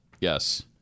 Yes